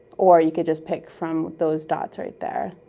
or you can just pick from those dots right there.